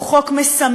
הוא חוק מסמן,